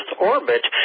orbit